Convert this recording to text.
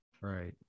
right